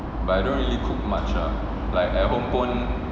but I don't really cook much lah like at home pun